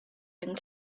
and